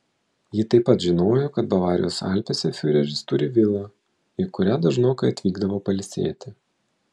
ji taip pat žinojo kad bavarijos alpėse fiureris turi vilą į kurią dažnokai atvykdavo pailsėti